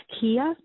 Kia